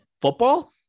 Football